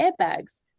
airbags